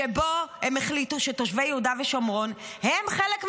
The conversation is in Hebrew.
שבו הם החליטו שתושבי יהודה ושומרון הם חלק מהנגב,